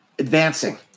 advancing